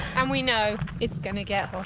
and we know it's going to get